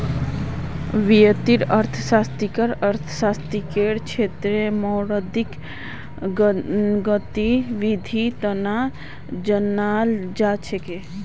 वित्तीय अर्थशास्त्ररक अर्थशास्त्ररेर क्षेत्रत मौद्रिक गतिविधीर तना जानाल जा छेक